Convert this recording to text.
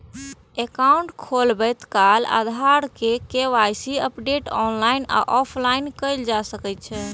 account खोलबैत काल आधार सं के.वाई.सी अपडेट ऑनलाइन आ ऑफलाइन कैल जा सकै छै